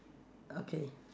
okay